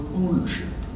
ownership